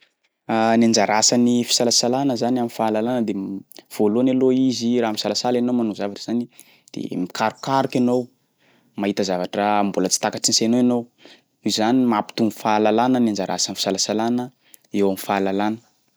Ny anjara asan'ny fisalasalana zany am'fahalalana de voalohany aloha izy raha misalasala ianao manao zavatra zany de mikarokaroky anao, mahita zavatra mbola tsy takatry ny sainao ianao, nohoizany mampitombo fahalalana ny anjara asan'ny fisalasalana eo am'fahalalana.